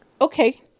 okay